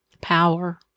Power